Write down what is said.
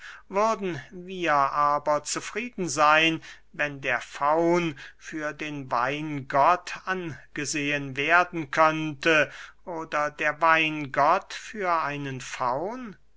würden wir aber zufrieden seyn wenn der faun für den weingott angesehen werden könnte oder der weingott für einen faun